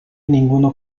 ninguno